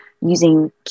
using